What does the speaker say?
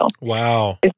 Wow